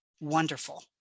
wonderful